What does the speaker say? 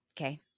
Okay